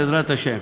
בעזרת השם.